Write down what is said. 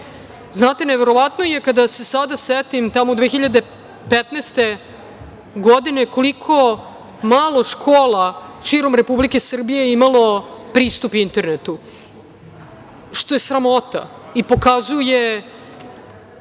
škola. Znate, neverovatno je kada se sada setim tamo 2015. godine, koliko malo škola širom Republike Srbije je imalo pristup internetu, što je sramota i pokazuje